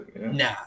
nah